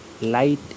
light